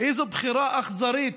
איזו בחירה אכזרית,